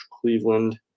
Cleveland